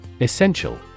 Essential